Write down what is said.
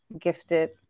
gifted